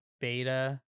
beta